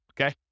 okay